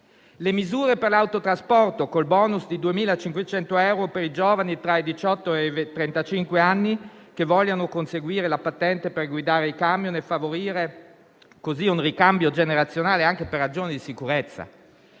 alle misure per l'autotrasporto, col bonus di 2.500 euro per i giovani tra i diciotto e i trentacinque anni che vogliano conseguire la patente per guidare il camion e favorire così un ricambio generazionale, anche per ragioni di sicurezza.